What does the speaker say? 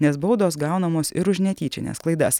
nes baudos gaunamos ir už netyčines klaidas